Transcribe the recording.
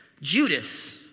Judas